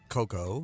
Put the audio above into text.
Coco